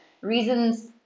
Reasons